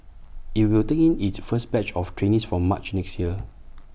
IT will take in its first batch of trainees from March next year